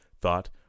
thought